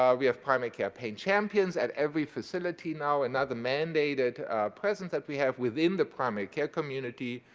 um we have primary care paying champions at every facility now. another mandated presence that we have within the primary care community.